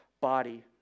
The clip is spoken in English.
body